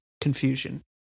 confusion